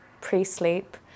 pre-sleep